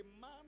man